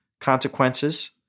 consequences